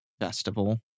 festival